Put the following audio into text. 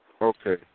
Okay